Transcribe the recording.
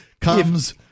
comes